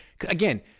Again